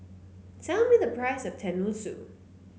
tell me the price of tenmusu